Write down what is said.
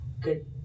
good